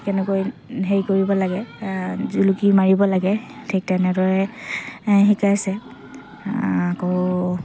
কেনেকৈ হেৰি কৰিব লাগে জুলুকি মাৰিব লাগে ঠিক তেনেদৰে শিকাইছে আকৌ